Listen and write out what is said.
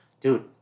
Dude